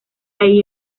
ahí